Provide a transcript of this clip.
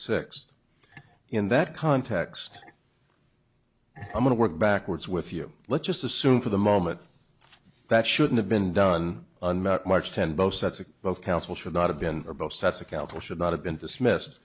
sixth in that context i'm going to work backwards with you let's just assume for the moment that should have been done unmet much ten both sets of both counsel should not have been or both sets of counsel should not have been dismissed